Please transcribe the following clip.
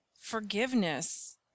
forgiveness